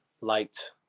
liked